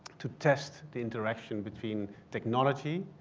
to test the interaction between technology